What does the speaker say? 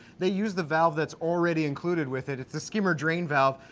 they used the valve that's already included with it. it's the skimmer drain valve,